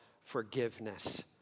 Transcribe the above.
forgiveness